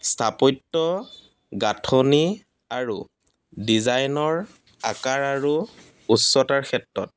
স্থাপত্য গাঁঠনি আৰু ডিজাইনৰ আকাৰ উচ্চতাৰ ক্ষেত্ৰত